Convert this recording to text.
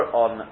on